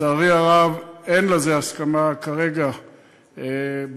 לצערי הרב אין לזה הסכמה כרגע בממשלה.